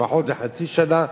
לפחות לחצי שנה,